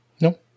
No